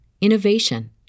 innovation